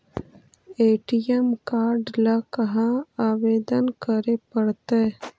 ATM card ल कहा आवेदन करे पड़तै?